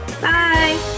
Bye